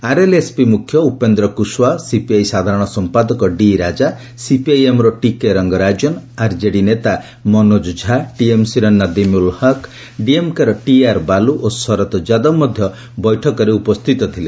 RLSP ମୁଖ୍ୟ Upendra Kushwaha CPI ସାଧାରଣ ସମ୍ପାଦକ ଡି ରାଜା ସିପିଆଇଏମ୍ର ଟିକେ ରଙ୍ଗରାଜନ ଆର୍କେଡି ନେତା ମନୋଜ ଝା ଟିଏମ୍ସିର ନଦିମ୍ ଉଲ୍ ହକ୍ ଡିଏମ୍କେର ଟିଆର୍ ବାଲୁ ଓ ଶରଦ ଯାଦବ ମଧ୍ୟ ବୈଠକରେ ଉପସ୍ଥିତ ଥିଲେ